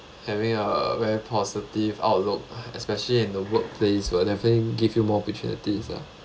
having a very positive outlook especially in the workplace will definitely give you more opportunities ah